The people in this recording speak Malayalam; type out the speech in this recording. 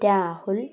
രാഹുൽ